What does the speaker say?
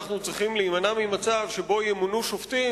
אנחנו צריכים להימנע ממצב שבו ימונו שופטים